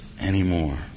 anymore